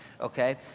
okay